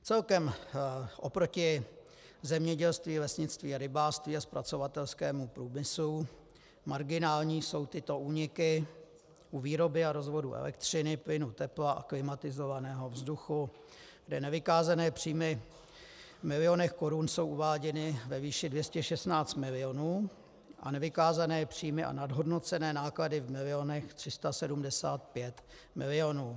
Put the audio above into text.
Celkem oproti zemědělství, lesnictví a rybářství a zpracovatelskému průmyslu marginální jsou tyto úniky u výroby a rozvodů elektřiny, plynu, tepla a klimatizovaného vzduchu, kde nevykázané příjmy v milionech korun jsou uváděny ve výši 216 milionů a nevykázané příjmy a nadhodnocené náklady v milionech 375 milionů.